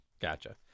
Gotcha